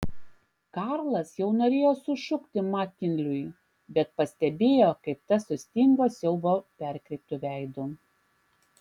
karlas jau norėjo sušukti makinliui bet pastebėjo kaip tas sustingo siaubo perkreiptu veidu